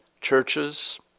churches